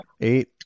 eight